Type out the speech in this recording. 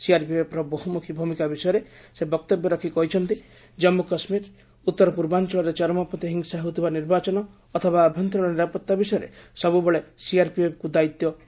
ସିଆର୍ପିଏଫ୍ର ବହୁମୁଖୀ ଭୂମିକା ବିଷୟରେ ସେ ବକ୍ତବ୍ୟ ରଖି କହିଛନ୍ତି ଜମ୍ମୁ କାଶ୍ମୀର ଉତ୍ତର ପୂର୍ବାଞ୍ଚଳରେ ଚରମପନ୍ତ୍ରୀ ହିଂସା ହେଉଥିବା ନିର୍ବାଚନ ଅଥବା ଆଭ୍ୟନ୍ତରୀଣ ନିରାପତ୍ତା ବିଷୟରେ ସବୁବେଳେ ସିଆର୍ପିଏଫ୍କୁ ଦାୟିତ୍ୱ ଦିଆଯାଇଥାଏ